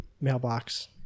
mailbox